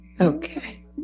Okay